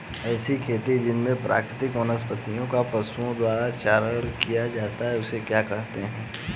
ऐसी खेती जिसमें प्राकृतिक वनस्पति का पशुओं द्वारा चारण किया जाता है उसे क्या कहते हैं?